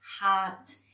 heart